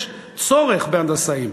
יש צורך בהנדסאים.